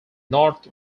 north